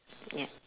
yup